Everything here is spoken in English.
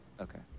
Okay